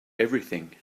everything